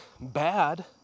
bad